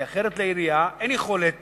כי אחרת לעירייה אין יכולת